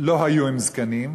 לא היו עם זקנים,